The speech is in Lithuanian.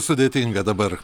sudėtinga dabar